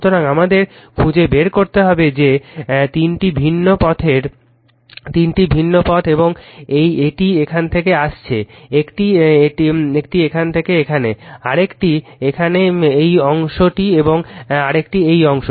সুতরাং আমাদের খুঁজে বের করতে হবে যে তিনটি ভিন্ন পথের তিনটি ভিন্ন পথ এবং এটি এখান থেকে এসেছে একটি এখান থেকে এখানে আরেকটি এখানে এই অংশ এবং আরেকটি এই অংশ